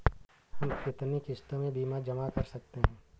हम कितनी किश्तों में बीमा जमा कर सकते हैं?